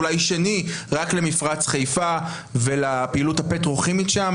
אולי שני רק למפרץ חיפה ולפעילות הפטרוכימית שם.